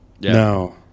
No